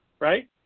right